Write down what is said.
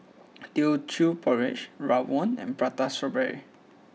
Teochew Porridge Rawon And Prata Strawberry